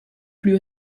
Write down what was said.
plus